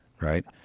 Right